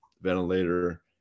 ventilator